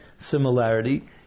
similarity